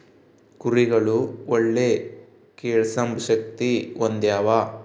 ಕುರಿಗುಳು ಒಳ್ಳೆ ಕೇಳ್ಸೆಂಬ ಶಕ್ತಿ ಹೊಂದ್ಯಾವ